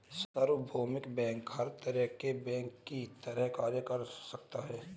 सार्वभौमिक बैंक हर तरह के बैंक की तरह कार्य कर सकता है